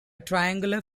triangular